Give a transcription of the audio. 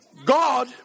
God